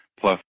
plus